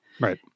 Right